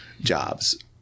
jobs